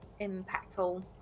impactful